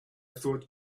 thought